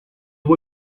vou